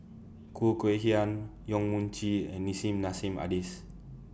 Khoo Kay Hian Yong Mun Chee and Nissim Nassim Adis